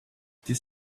this